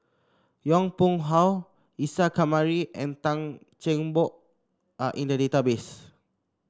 Yong Pung How Isa Kamari and Tan Cheng Bock are in the database